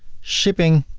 shipping.